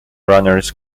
runners